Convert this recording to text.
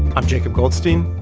i'm jacob goldstein.